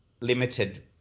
limited